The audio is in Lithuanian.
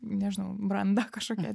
nežinau branda kažkokia